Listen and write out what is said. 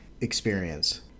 experience